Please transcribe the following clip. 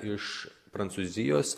iš prancūzijos